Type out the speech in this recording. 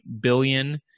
billion